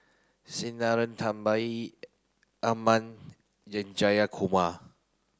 Sinnathamby Jayakumar